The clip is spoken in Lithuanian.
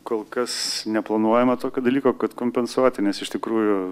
kol kas neplanuojama tokio dalyko kad kompensuoti nes iš tikrųjų